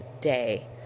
day